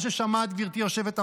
כן, מה ששמעת, גברתי היושבת-ראש.